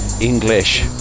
English